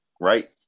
Right